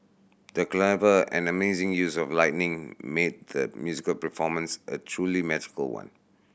the clever and amazing use of lighting made the musical performance a truly magical one